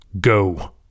Go